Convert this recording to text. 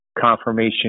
confirmation